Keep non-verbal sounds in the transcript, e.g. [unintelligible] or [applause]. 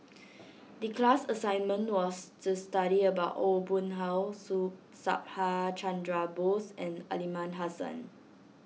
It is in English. the class assignment was to study about Aw Boon Haw [unintelligible] Subhas Chandra Bose and Aliman Hassan